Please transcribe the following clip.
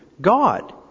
God